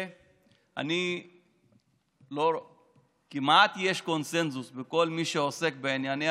יש כמעט קונסנזוס אצל כל מי שעוסק בענייני